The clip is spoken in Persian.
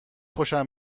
خوشش